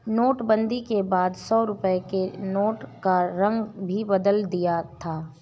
नोटबंदी के बाद सौ रुपए के नोट का रंग भी बदल दिया था